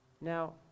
Now